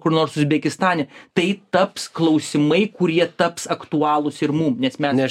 kur nors uzbekistane tai taps klausimai kurie taps aktualūs ir mums nes mes